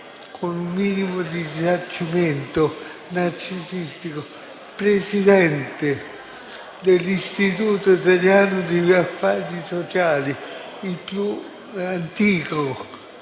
con un minimo di risarcimento narcisistico, presidente dell'Istituto italiano degli affari sociali, il più antico